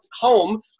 home